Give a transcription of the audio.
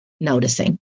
noticing